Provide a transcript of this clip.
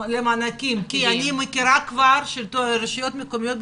אני מכירה רשויות מקומיות,